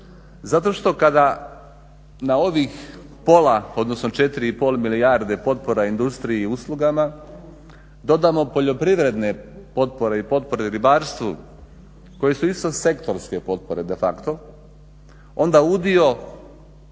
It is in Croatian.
Zato što kada na ovih pola odnosno 4 i pol milijarde potpora industriji i uslugama dodamo poljoprivredne potpore i potpore ribarstvu koje su isto sektorske potpore de facto onda udio